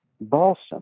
balsam